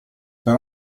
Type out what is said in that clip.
per